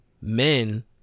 men